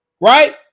right